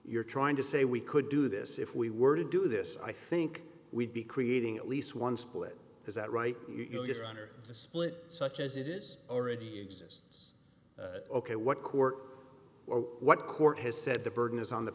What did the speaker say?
you're trying to say we could do this if we were to do this i think we'd be creating at least one split is that right you're just under the split such as it is already exists ok what court or what court has said the burden is on the